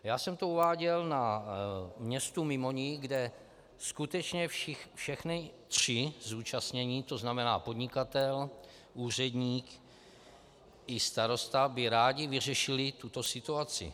Uváděl jsem to na městu Mimoni, kde skutečně všichni tři zúčastnění, to znamená podnikatel, úředník i starosta by rádi vyřešili tuto situaci.